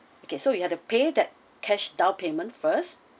okay so you have to pay that cash down payment first